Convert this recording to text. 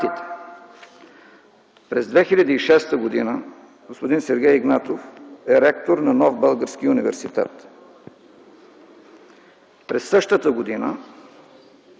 През 2006 г. господин Сергей Игнатов е ректор на Нов български университет. През същата година